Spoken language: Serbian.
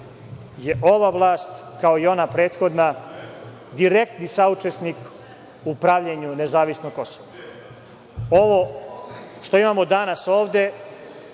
je ova vlast, kao i ova prethodna, direktni saučesnik u pravljenju nezavisnog Kosova. Ovo što imamo danas ovde